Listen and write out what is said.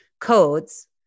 codes